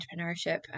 entrepreneurship